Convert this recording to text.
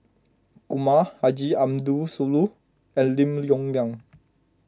Kumar Haji Ambo Sooloh and Lim Yong Liang